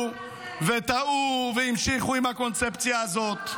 וטעו והמשיכו עם הקונספציה הזאת.